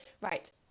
Right